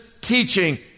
teaching